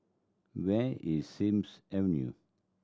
where is Sims Avenue